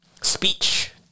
speech